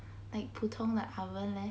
like 普通的 oven leh